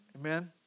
Amen